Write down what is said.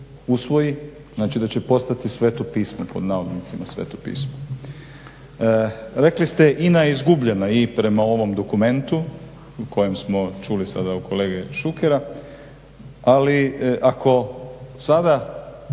usvoji znači da će postati "Sveto Pismo". Rekli ste INA je izgubljena i prema ovom dokumentu o kojem smo čuli sada od kolege Šukera ali ako mi sada